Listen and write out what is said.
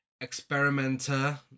experimenter